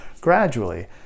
gradually